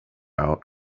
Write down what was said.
out